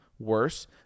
worse